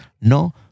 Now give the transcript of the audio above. No